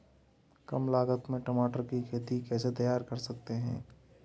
कम लागत में टमाटर की खेती कैसे तैयार कर सकते हैं?